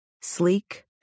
sleek